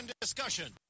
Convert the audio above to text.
discussion